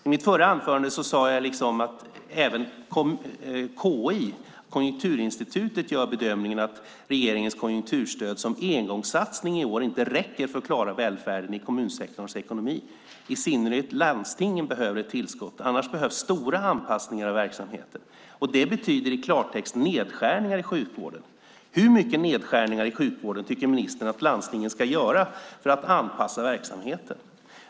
I mitt förra inlägg sade jag att även KI, Konjunkturinstitutet, gör bedömningen att regeringens konjunkturstöd som engångssatsning i år inte räcker för att klara välfärden i kommunsektorns ekonomi. I synnerhet landstingen behöver ett tillskott. Annars behövs nämligen stora anpassningar av verksamheten, och det betyder i klartext nedskärningar i sjukvården. Hur mycket nedskärningar i sjukvården tycker ministern att landstingen ska göra för att anpassa verksamheten?